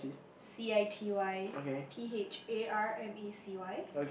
C_I_T_Y P_H_A_R_M_C_Y